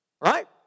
Right